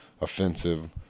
offensive